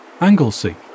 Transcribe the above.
Anglesey